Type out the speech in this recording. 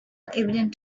evident